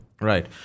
Right